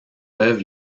peuvent